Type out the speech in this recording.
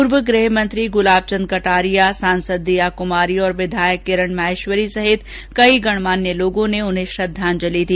पूर्व गृहमंत्री गुलाबचन्द कटारिया सांसद दीया कुमारी और विधायक किरण माहेश्वरी समेत कई गणमान्य लोगो ने उन्हें श्रद्वांजलि दी